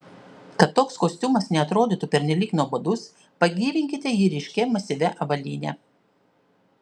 kad toks kostiumas neatrodytų pernelyg nuobodus pagyvinkite jį ryškia masyvia avalyne